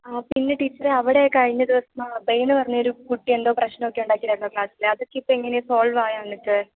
ആഹ് പിന്നെ ടീച്ചറെ അവിടെ കഴിഞ്ഞ ദിവസം അഭയ് എന്ന് പറഞ്ഞ ഒരു കുട്ടി എന്തോ പ്രശ്നം ഒക്കെ ഉണ്ടാക്കിയില്ലായിരുന്നോ ക്ലാസിലെ അതൊക്കെ ഇപ്പം എങ്ങനെയാ സോള്വ് ആയാ എന്നിട്ട്